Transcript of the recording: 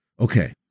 Okay